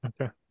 Okay